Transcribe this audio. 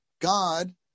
God